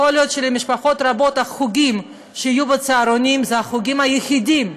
יכול להיות שלמשפחות רבות החוגים שיהיו בצהרונים הם החוגים היחידים,